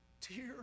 tear